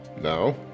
No